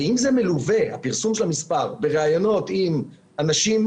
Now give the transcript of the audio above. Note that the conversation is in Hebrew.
ואם הפרסום של המספר מלווה בראיונות עם אנשים